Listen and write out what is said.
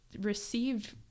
received